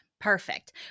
Perfect